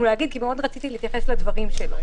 להגיד כי רציתי מאוד להתייחס לדברים שלו.